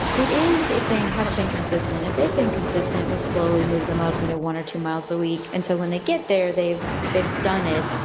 it is if they haven't been consistent, if they've been consistently, slowly move them up, you know, one or two miles a week. and so when they get there, they've they've done it.